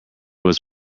was